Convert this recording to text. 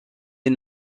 est